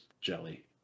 jelly